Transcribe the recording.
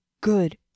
good